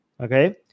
okay